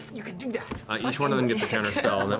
you know each one of them gets a counterspell